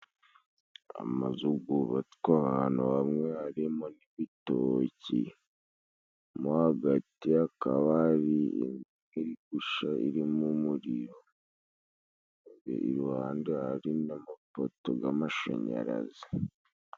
Amazu gubatswe ahantu hamwe harimo n'ibitoki. Mo hagati hakaba hari iri gusha irimo umuriro, Iruhande hari n'amopoto g'amashanyarazi.